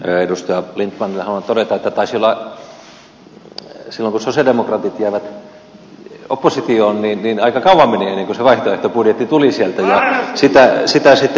edustaja lindtmanille haluan todeta että taisi silloin kun sosialidemokraatit jäivät oppositioon aika kauan mennä ennen kuin se vaihtoehtobudjetti tuli sieltä ja sitä sitten odoteltiin